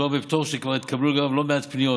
מדובר בפטור שכבר התקבלו לגביו לא מעט פניות.